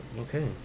Okay